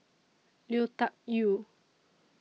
Lui Tuck Yew